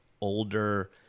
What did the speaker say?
older